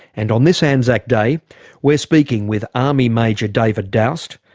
and on this anzac day we're speaking with army major david doust,